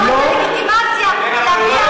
ארבע,